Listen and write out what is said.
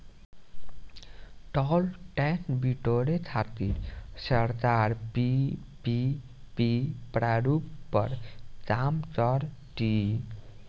toll tax बिटोरे खातिर सरकार पीपीपी प्रारूप पर काम कर तीय